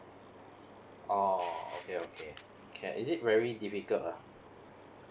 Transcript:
oh okay okay can is it very difficult ah